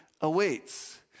awaits